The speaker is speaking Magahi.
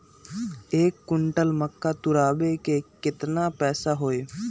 एक क्विंटल मक्का तुरावे के केतना पैसा होई?